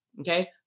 Okay